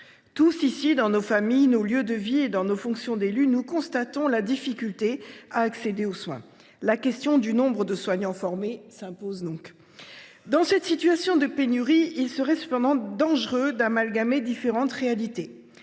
Tous ici, dans nos familles, dans nos lieux de vie et dans nos fonctions d’élus, nous constatons la difficulté à accéder aux soins. La question du nombre de soignants formés s’impose. Dans cette situation de pénurie, il serait cependant dangereux d’amalgamer différentes réalités